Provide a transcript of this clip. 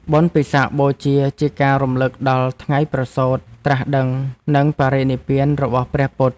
បុណ្យពិសាខបូជា ជាការរំលឹកដល់ថ្ងៃប្រសូត្រ ត្រាស់ដឹង និងបរិនិព្វានរបស់ព្រះពុទ្ធ។